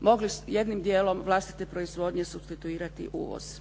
mogli jednim dijelom vlastite proizvodnje supstituirati uvoz.